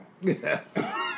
Yes